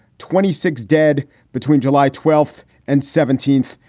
twenty six dead between july twelfth and seventeenth,